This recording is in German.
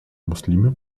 muslime